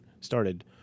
started